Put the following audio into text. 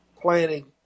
planning